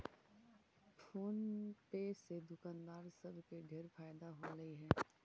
phone पे से दुकानदार सब के ढेर फएदा होलई हे